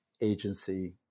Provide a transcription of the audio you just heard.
agency